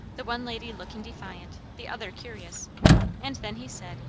the one lady looking defiant, the other curious and then he said,